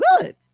good